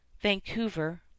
vancouver